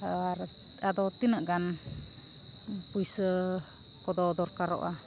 ᱟᱨ ᱟᱫᱚ ᱛᱤᱱᱟᱹᱜ ᱜᱟᱱ ᱯᱩᱭᱥᱟᱹ ᱠᱚᱫᱚ ᱫᱚᱨᱠᱟᱨᱚᱜᱼᱟ